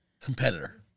Competitor